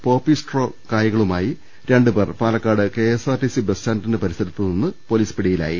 poppy straw കായ്കളുമായി രണ്ടുപേർ Palakkad K S R T C ബസ്സ്റ്റാന്റിന് പരിസരത്തുനിന്ന് പൊലീസ് പിടിയിലായി